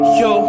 yo